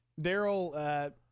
Daryl